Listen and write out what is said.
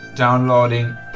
Downloading